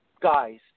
guys